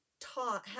taught